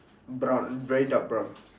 brown very dark brown